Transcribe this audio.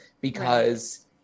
because-